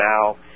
now